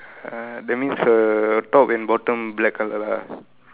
uh that means her top and bottom black colour ah